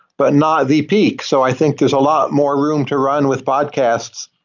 but not the peak. so i think there's a lot more room to run with podcasts.